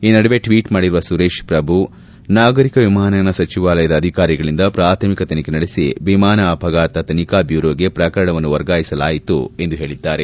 ಈ ನಡುವೆ ಟ್ವೀಟ್ ಮಾಡಿರುವ ಸುರೇಶ್ ಪ್ರಭು ನಾಗರಿಕ ವಿಮಾನಯಾನ ಸಚಿವಾಲಯದ ಅಧಿಕಾರಿಗಳಿಂದ ಪ್ರಾಥಮಿಕ ತನಿಖೆ ನಡೆಸಿ ವಿಮಾನ ಅಪಘಾತ ತನಿಖಾ ಬ್ಲೂರೋಗೆ ಪ್ರಕರಣವನ್ನು ವರ್ಗಾಯಿಸಲಾಗಿದೆ ಎಂದು ಹೇಳಿದ್ದಾರೆ